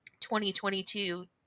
2022